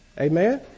Amen